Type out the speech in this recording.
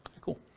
Cool